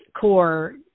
core